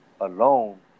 alone